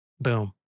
boom